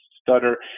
stutter